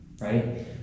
right